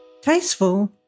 Tasteful